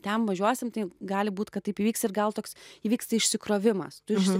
ten važiuosim tai gali būt kad taip įvyks ir gal toks įvyksta išsikrovimas tu žinai